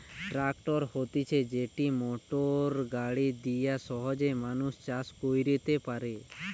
tractor হতিছে যেটি motor গাড়ি দিয়া সহজে মানুষ চাষ কইরতে পারে